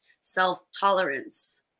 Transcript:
self-tolerance